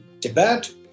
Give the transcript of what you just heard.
Tibet